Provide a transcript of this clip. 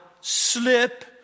slip